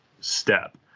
step